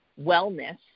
wellness